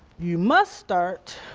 you must start